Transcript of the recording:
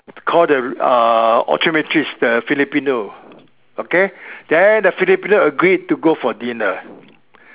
call the uh optometrist the Filipino okay then the Filipino agreed to go for dinner